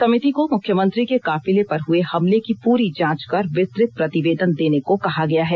समिति को मुख्यमंत्री के काफिले पर हुए हमले की पूरी जांच कर विस्तृत प्रतिवेदन देने को कहा गया है